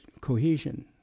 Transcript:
cohesion